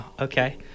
Okay